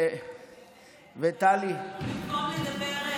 במקום לדבר,